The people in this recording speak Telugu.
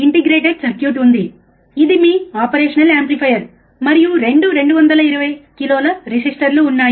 ఇంటిగ్రేటెడ్ సర్క్యూట్ ఉంది ఇది మీ ఆపరేషన్ యాంప్లిఫైయర్ మరియు రెండు 220 k రెసిస్టర్లు ఉన్నాయి